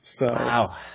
Wow